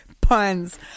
Puns